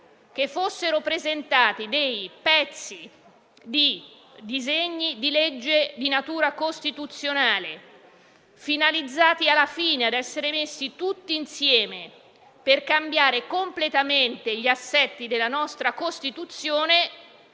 che fossero presentati dei pezzi di disegni di legge di natura costituzionale finalizzati a essere messi tutti insieme per cambiare completamente gli assetti della nostra Costituzione